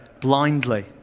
blindly